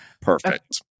perfect